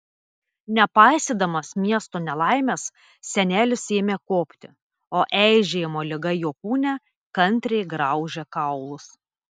nepaisydamas miesto nelaimės senelis ėmė kopti o eižėjimo liga jo kūne kantriai graužė kaulus